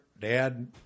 dad